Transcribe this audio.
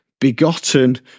begotten